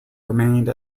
remained